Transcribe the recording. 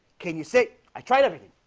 can you say i tried it?